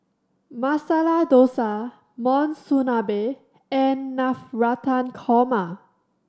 Masala Dosa Monsunabe and Navratan Korma